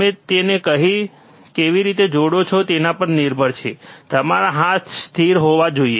તમે તેને કેવી રીતે જોડો છો તેના પર નિર્ભર છે તમારા હાથ સ્થિર હોવા જોઈએ